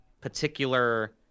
particular